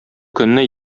көнне